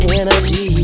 energy